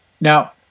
Now